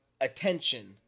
Attention